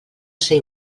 ser